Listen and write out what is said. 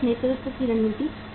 लागत नेतृत्व की रणनीति